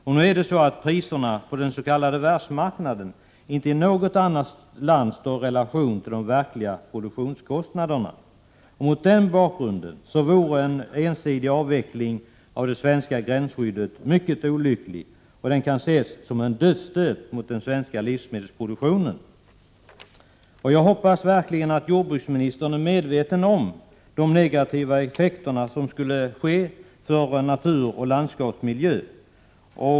Inte i något annat land står priserna på den s.k. världsmarknaden i relation till de verkliga produktionskostnaderna. Mot den bakgrunden vore en ensidig avveckling av det svenska gränsskyddet olycklig. Det kan ses som en dödsstöt mot den svenska livsmedelsproduktionen. Jag hoppas verkligen att jordbruksministern är medveten om de negativa effekter som detta skulle innebära för natur och landskapsmiljö.